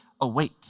awake